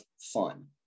fun